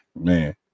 man